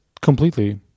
completely